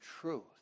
truth